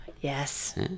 Yes